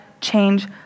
change